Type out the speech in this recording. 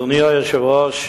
אדוני היושב-ראש,